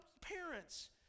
parents